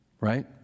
right